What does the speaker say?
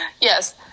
Yes